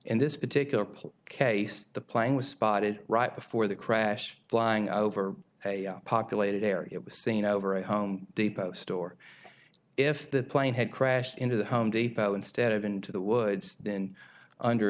in this particular place case the plane was spotted right before the crash flying over a populated area it was seen over a home depot store if the plane had crashed into the home depot instead of into the woods then under